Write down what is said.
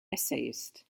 essayist